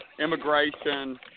immigration